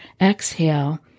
exhale